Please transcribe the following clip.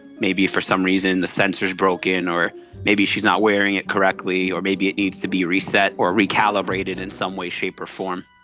maybe for some reason the sensor is broken or maybe she is not wearing it correctly or maybe it needs to be reset or recalibrated in some way, shape or form.